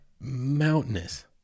mountainous